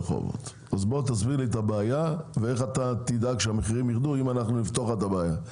הסבר את הבעיה ואיך תדאג להורדת המחירים אם נפתור את הבעיה.